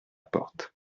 porte